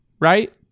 right